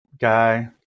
guy